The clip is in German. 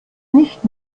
nicht